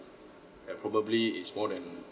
that probably is more than